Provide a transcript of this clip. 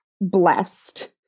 blessed